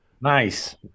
nice